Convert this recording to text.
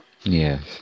Yes